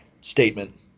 statement